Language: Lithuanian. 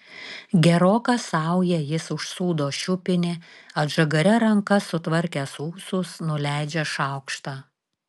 geroka sauja jis užsūdo šiupinį atžagaria ranka sutvarkęs ūsus nuleidžia šaukštą